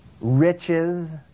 riches